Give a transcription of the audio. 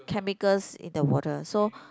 chemicals in the water so